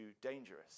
dangerous